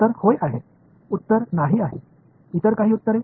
उत्तर होय आहे उत्तर नाही आहे इतर काही उत्तरे